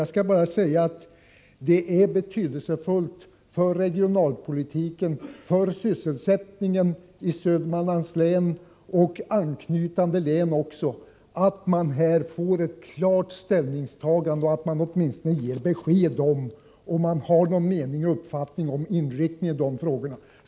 Jag skall bara säga att det är betydelsefullt för regionalpolitiken och för sysselsättningen i Södermanlands län, och även i angränsande län, att man får ett klart ställningstagande eller att kommunikationsministern åtminstone ger besked om huruvida regeringen har någon mening eller uppfattning om inriktningen i dessa frågor.